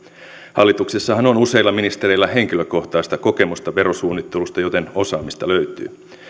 hallituksessahan on useilla ministereillä henkilökohtaista kokemusta verosuunnittelusta joten osaamista löytyy